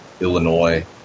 Illinois